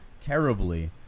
terribly